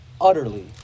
utterly